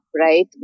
right